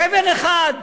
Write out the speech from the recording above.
גבר אחד?